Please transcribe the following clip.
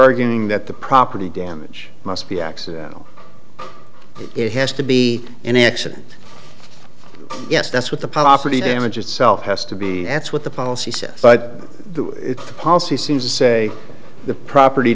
arguing that the property damage must be accidental it has to be an accident yes that's what the property damage itself has to be that's what the policy says but the policy seems to say the property